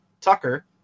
Tucker